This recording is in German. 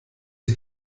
ich